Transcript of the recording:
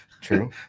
True